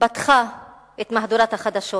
פתחה את מהדורת החדשות